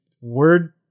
word